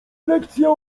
lekcja